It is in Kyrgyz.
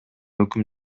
өкүм